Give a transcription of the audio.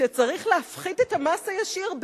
שצריך להפחית את המס הישיר.